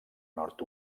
nord